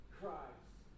Christ